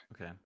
Okay